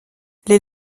les